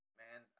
man